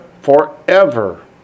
Forever